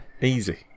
Easy